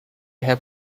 have